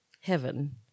heaven